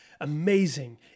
amazing